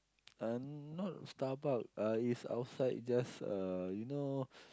uh not Starbuck uh it's outside just uh you know